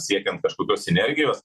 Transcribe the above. siekiant kažkokios sinergijos